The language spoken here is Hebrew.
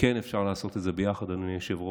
וכן אפשר לעשות את זה ביחד, אדוני היושב-ראש.